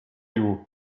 you